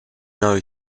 know